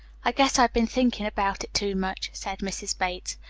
i guess i been thinking about it too much, said mrs. bates.